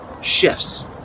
shifts